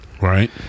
Right